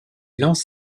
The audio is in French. lance